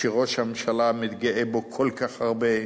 שראש הממשלה מתגאה בו כל כך הרבה,